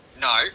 no